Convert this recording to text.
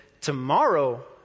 tomorrow